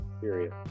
Period